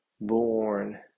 born